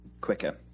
quicker